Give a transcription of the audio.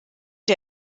der